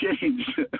changed